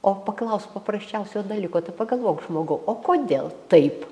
o paklausk paprasčiausio dalyko tai pagalvok žmogau o kodėl taip